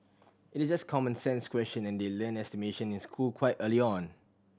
it is just a common sense question and they learn estimation in school quite early on